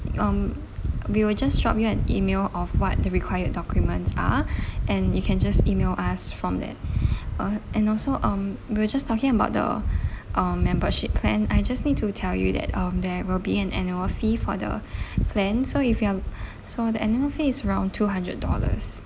um we will just drop you an email of what the required documents are and you can just email us from that uh and also um we were just talking about the um membership plan I just need to tell you that um there will be an annual fee for the plan so if you are so the annual fee is around two hundred dollars